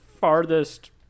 farthest